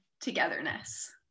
togetherness